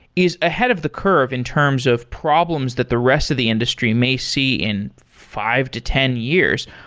is ahead of the curve in terms of problems that the rest of the industry may see in five to ten years.